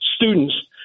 students